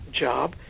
job